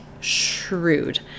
shrewd